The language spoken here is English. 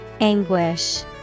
Anguish